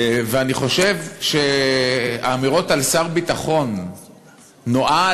אני חושב שהאמירות על שר ביטחון נואל,